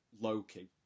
Loki